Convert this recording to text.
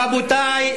רבותי,